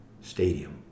stadium